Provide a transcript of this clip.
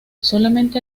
solamente